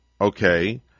okay